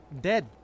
Dead